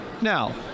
now